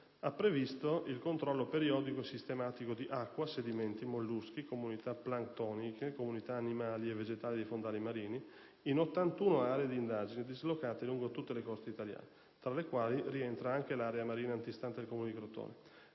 ha previsto il controllo periodico e sistematico di acqua, sedimenti, molluschi, comunità plantoniche, comunità animali e vegetali dei fondali marini in 81 aree di indagine dislocate lungo tutte le coste italiane, tra le quali rientra anche l'area marina antistante il Comune di Crotone.